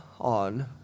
on